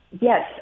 yes